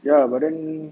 ya but then